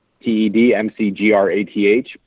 t-e-d-m-c-g-r-a-t-h